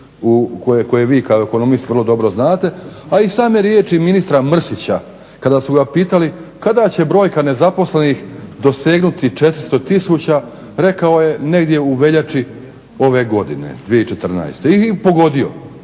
koje vi kao ekonomist vrlo dobro znate a i same riječi ministra Mrsića kada su ga pitali kada će brojka nezaposlenih dosegnuti 400 tisuća rekao je negdje u veljači ove godine 2014.i pogodio.